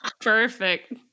Perfect